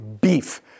beef